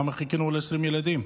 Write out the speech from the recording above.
למה חיכינו ל-20 ילדים?